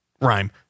Rhyme